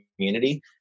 community